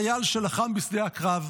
חייל שנלחם בשדה הקרב,